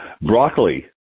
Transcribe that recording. Broccoli